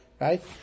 right